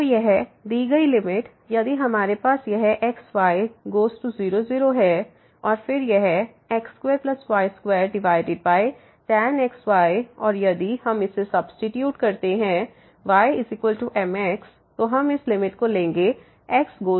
तो यह दी गई लिमिट यदि हमारे पास यह x y→0 0 है और फिर यह x2y2tan xy और यदि हम इसे सब्सीट्यूट करते हैं ymx तो हम लिमिट लेंगे x→0